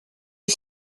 est